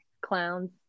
Clowns